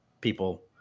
people